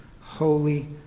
Holy